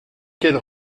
qu’elle